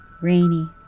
rainy